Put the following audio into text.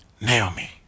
Naomi